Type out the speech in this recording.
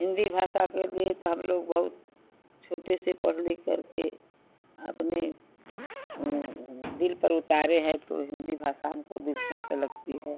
हिन्दी भाषा के लिए तो हम लोग बहुत छोटे से पढ़ लिखकर के अपने दिल पर उतारे हैं तो हिन्दी भाषा हमको दिलचस्प लगती है